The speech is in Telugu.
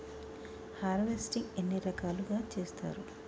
హార్వెస్టింగ్ ఎన్ని రకాలుగా చేస్తరు?